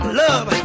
love